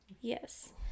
Yes